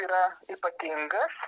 yra ypatingas